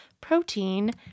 protein